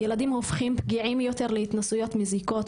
ילדים הופכים פגיעים יותר להתנסויות מזיקות,